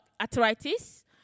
arthritis